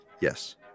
yes